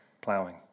plowing